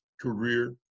career